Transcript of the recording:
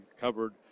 covered